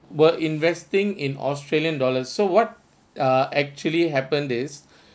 were investing in australian dollars so what uh actually happened is